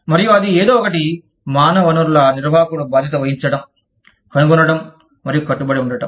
మరియు అది ఏదో ఒకటి మానవ వనరుల నిర్వాహకుడు బాధ్యత వహించడం కనుగొనడం మరియు కట్టుబడి ఉండటం